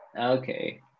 Okay